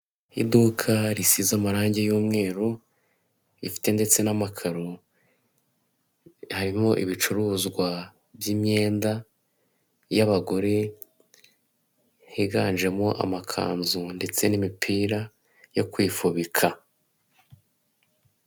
Iduka risize amarangi y'umweru ifite ndetse n'amakaro harimo ibicuruzwa by'imyenda y'abagore higanjemo amakanzu ndetse n'imipira yo kwifubika.